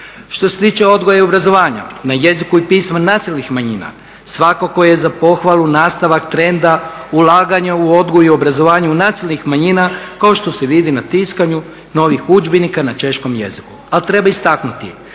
Što se tiče odgoja i obrazovanja na jeziku i pismu nacionalnih manjina svakako je za pohvalu nastavak trenda ulaganja u odgoj i obrazovanje nacionalnih manjina kao što se vidi na tiskanju novih udžbenika na češkom jeziku. Ali treba istaknuti